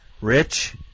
Rich